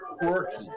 quirky